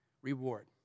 reward